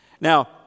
Now